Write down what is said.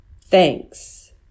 Thanks